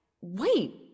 Wait